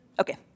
Okay